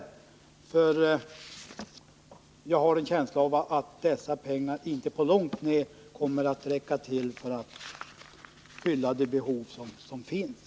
Jag har nämligen en känsla av att dessa pengar inte på långt när kommer att räcka till för att fylla de behov som finns.